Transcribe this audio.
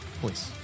Please